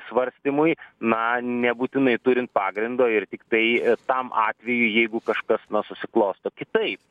svarstymui na nebūtinai turint pagrindo ir tiktai tam atvejui jeigu kažkas susiklosto kitaip